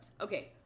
Okay